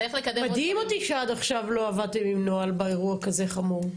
מדהים אותי שעד עכשיו לא עבדתם עם נוהל באירוע כזה חמור.